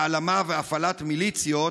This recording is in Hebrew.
העלמה והפעלת מיליציות,